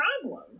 problem